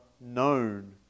known